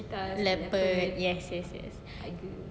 leopard yes yes yes